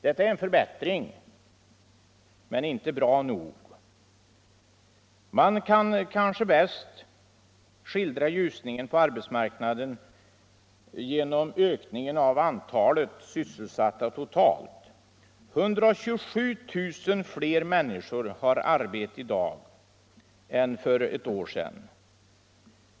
Detta är en förbättring men inte bra nog. Man kan kanske bäst skildra ljusningen på arbetsmarknaden genom att visa på ökningen av antalet sysselsatta totalt. 127 000 fler människor har arbete i dag än för ett år sedan.